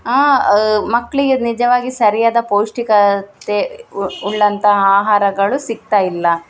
ಆಂ ಮಕ್ಕಳಿಗೆ ನಿಜವಾಗಿ ಸರಿಯಾದ ಪೌಷ್ಟಿಕತೆ ಉಳ್ಳಂಥ ಆಹಾರಗಳು ಸಿಕ್ತಾಯಿಲ್ಲ